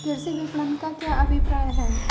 कृषि विपणन का क्या अभिप्राय है?